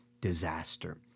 disaster